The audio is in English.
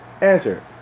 Answer